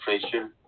pressure